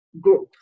group